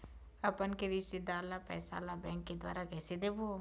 अपन के रिश्तेदार ला पैसा ला बैंक के द्वारा कैसे देबो?